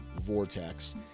Vortex